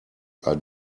are